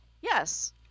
Yes